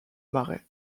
marais